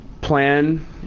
Plan